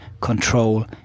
control